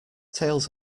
tails